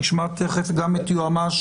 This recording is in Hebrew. נשמע תיכף גם את יועמ"ש